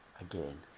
again